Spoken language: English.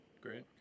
Great